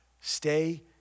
Stay